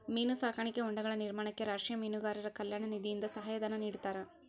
ಮೀನು ಸಾಕಾಣಿಕಾ ಹೊಂಡಗಳ ನಿರ್ಮಾಣಕ್ಕೆ ರಾಷ್ಟೀಯ ಮೀನುಗಾರರ ಕಲ್ಯಾಣ ನಿಧಿಯಿಂದ ಸಹಾಯ ಧನ ನಿಡ್ತಾರಾ?